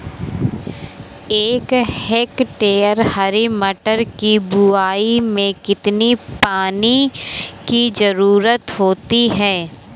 एक हेक्टेयर हरी मटर की बुवाई में कितनी पानी की ज़रुरत होती है?